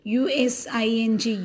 using